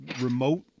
remote